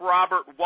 Robert